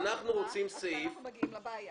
אנחנו מגיעים לבעיה.